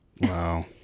Wow